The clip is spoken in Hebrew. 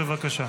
בבקשה.